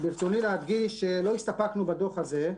ברצוני להדגיש שלא הסתפקנו בדוח הזה.